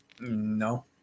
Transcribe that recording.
No